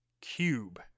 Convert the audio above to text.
cube